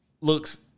looks